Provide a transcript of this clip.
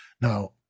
Now